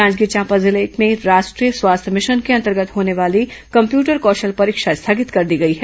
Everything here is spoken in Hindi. जांजगीर चांपा जिले में राष्ट्रीय स्वास्थ्य मिशन के अंतर्गत होने वाली कम्प्यूटर कौशल परीक्षा स्थगित कर दी गई है